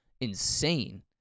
insane